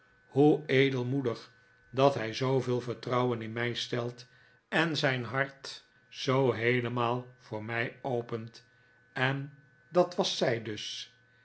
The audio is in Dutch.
hoe edelmoedig dat hij zooveel vertrouwen in mij stelt en zijn hart zoo heelemaal voor mij opent en dat was zij dus